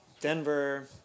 Denver